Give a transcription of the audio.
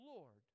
Lord